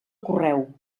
correu